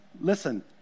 Listen